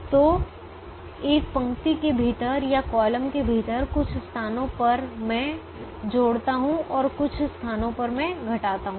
तो एक पंक्ति के भीतर या कॉलम के भीतर कुछ स्थानों पर मैं जुड़ता हूं और कुछ स्थानों पर मैं घटाता हूं